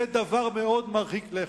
זה דבר מאוד מרחיק לכת.